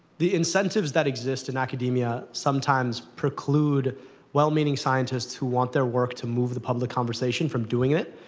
the incentives that exist in academia sometimes preclude well-meaning scientists who want their work to move the public conversation from doing it,